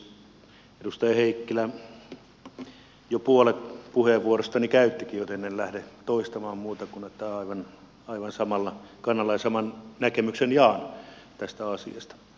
edustaja heikkilä jo puolet puheenvuorostani käyttikin joten en lähde toistamaan muuta kuin että olen aivan samalla kannalla ja saman näkemyksen jaan tästä asiasta